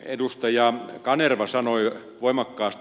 edustaja kanerva sanoi voimakkaasti